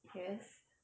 yes